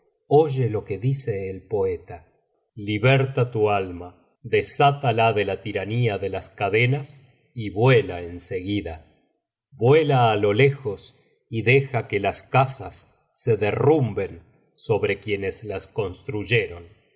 que dice el poeta liberta tu alma desátala de la tiranía de las cadenas y éuela en seguida vuela á lo lejos y deja que las casas sé derrumben sobre quienes las construyeron